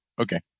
okay